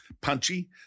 punchy